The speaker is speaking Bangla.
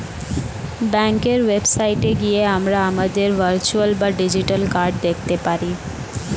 ব্যাঙ্কের ওয়েবসাইটে গিয়ে আমরা আমাদের ভার্চুয়াল বা ডিজিটাল কার্ড দেখতে পারি